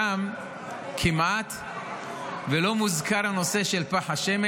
שם כמעט לא מוזכר הנושא של פך השמן